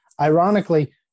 Ironically